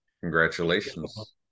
Congratulations